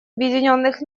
объединенных